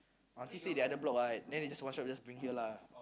aunty stay the other block ah then we just one shot we just bring here lah